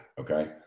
okay